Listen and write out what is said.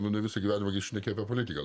nu ne visą gyvenimą šneki apie politiką